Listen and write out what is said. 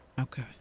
Okay